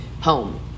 home